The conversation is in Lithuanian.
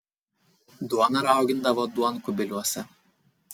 duoną raugindavo duonkubiliuose